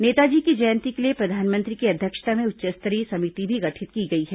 नेताजी की जयंती के लिए प्रधानमंत्री की अध्यक्षता में उच्च स्तरीय समिति भी गठित की गई है